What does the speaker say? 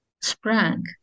sprang